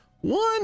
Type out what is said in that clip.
one